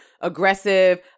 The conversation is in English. aggressive